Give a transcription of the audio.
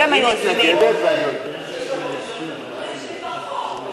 אז מצאנו את הדרך: